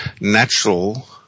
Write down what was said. natural